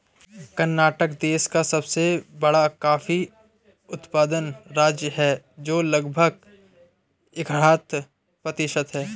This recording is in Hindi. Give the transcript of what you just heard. कर्नाटक देश का सबसे बड़ा कॉफी उत्पादन राज्य है, जो लगभग इकहत्तर प्रतिशत है